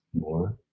more